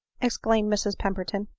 exclaimed mrs pemberton.